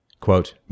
quote